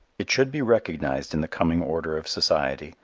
it should be recognized in the coming order of society,